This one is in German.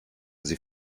sie